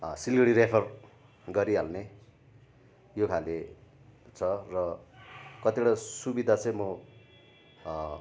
Siliguri refer गरिहाल्ने यो खाले छ र कतिवटा सुविधा चाहिँ म